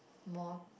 more